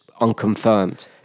unconfirmed